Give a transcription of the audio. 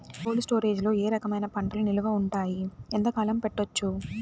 Cold storage లో ఏ రకమైన పంటలు నిలువ ఉంటాయి, ఎంతకాలం పెట్టొచ్చు?